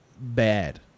bad